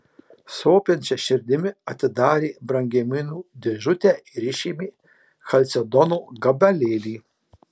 sopančia širdimi atidarė brangenybių dėžutę ir išėmė chalcedono gabalėlį